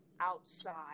outside